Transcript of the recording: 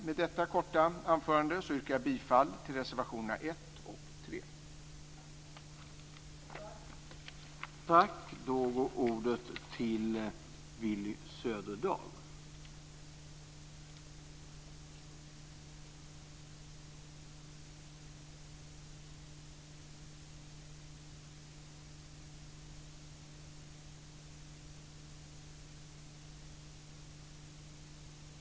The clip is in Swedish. Med detta korta anförande yrkar jag bifall reservationerna 1 och 3.